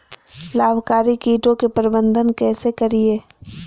लाभकारी कीटों के प्रबंधन कैसे करीये?